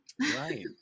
Right